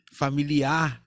familiar